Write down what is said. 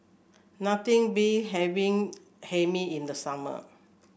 nothing beat having Hae Mee in the summer